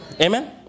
Amen